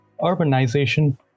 urbanization